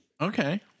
Okay